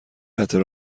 قطع